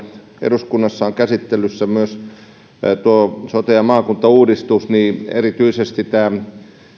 eduskunnassa on käsittelyssä myös sote ja maakuntauudistus niin erityisesti